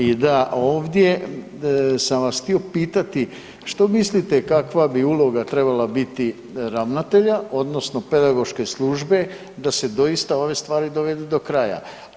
I da ovdje sam vas htio pitati što mislite kakva bi uloga trebala biti ravnatelja odnosno pedagoške službe da se doista ove stvari dovedu do kraja.